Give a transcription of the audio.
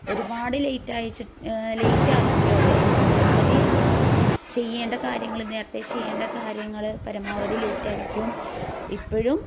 ഒരുപാട് ലേറ്റായി വെച്ചാൽ ലേറ്റാക്കിക്കും അവർ പരമാവധി ചെയ്യേണ്ട കാര്യങ്ങൾ നേരത്തെ ചെയ്യേണ്ട കാര്യങ്ങൾ പരമാവധി ലേറ്റാക്കിക്കും ഇപ്പോഴും